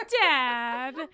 dad